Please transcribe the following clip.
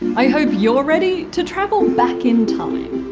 i hope you're ready to travel back in time.